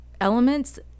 elements